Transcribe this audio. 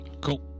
Cool